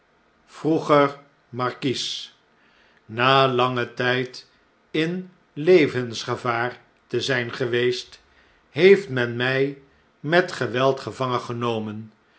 markies na langen tjjd in levensgevaar te zn'n geweest heeft men mij met geweld gevangen